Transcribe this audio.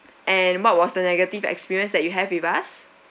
and what was the negative experience that you had with us